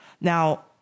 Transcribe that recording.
Now